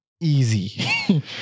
easy